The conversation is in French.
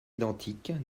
identiques